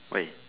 wait